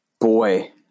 Boy